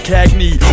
Cagney